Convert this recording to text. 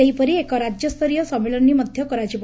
ସେହିପରି ଏକ ରାଜ୍ୟସ୍ତରୀୟ ସମ୍ମିଳନୀ ମଧ୍ୟ କରାଯିବ